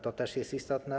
To też jest istotne.